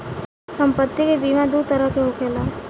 सम्पति के बीमा दू तरह के होखेला